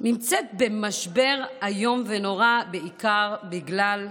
נמצאת במשבר איום ונורא, בעיקר בגלל המנהיגות.